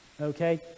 Okay